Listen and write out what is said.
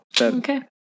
Okay